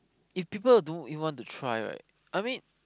if people don't even want to try right I mean